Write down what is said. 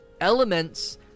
elements